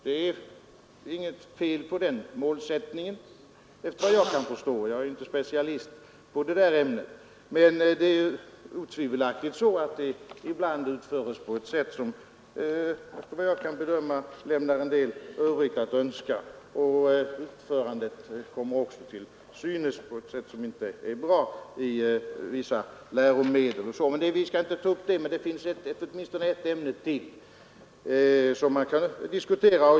Det är inget fel på den efter vad jag kan förstå — jag är inte specialist på det ämnet — men det är otvivelaktigt så att undervisningen ibland bedrivs på ett sätt som lämnar en del övrigt att önska, och en del av läromedlen i ämnet är inte heller bra. Det finns alltså åtminstone ett ämne till som man kan diskutera.